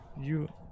You-